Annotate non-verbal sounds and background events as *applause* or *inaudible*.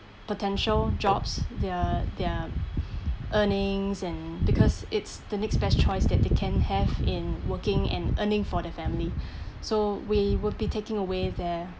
potential jobs their their earnings and because it's the next best choice that they can have in working and earning for their family *breath* so we will be taking away their